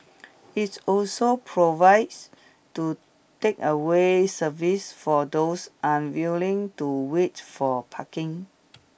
it's also provides to takeaway service for those unwilling to wait for parking